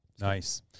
Nice